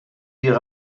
ihre